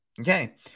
Okay